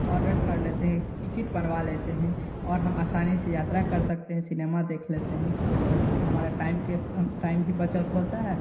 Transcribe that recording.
order कर लेते हैं टिकट बनवा लेते हैं और हम आसानी से यात्रा कर सकते हैं सिनेमा देख लेते हैं यही हमारे टाइम के से टाइम भी बचत होता है